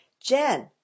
Jen